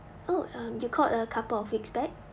oh um you got a couple of feedback